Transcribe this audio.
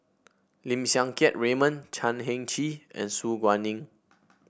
Lim Siang Keat Raymond Chan Heng Chee and Su Guaning